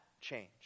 change